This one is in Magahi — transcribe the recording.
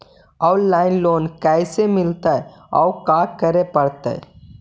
औनलाइन लोन कैसे मिलतै औ का करे पड़तै?